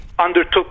undertook